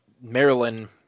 Maryland